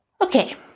okay